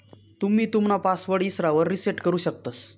तुम्ही तुमना पासवर्ड इसरावर रिसेट करु शकतंस